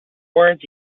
words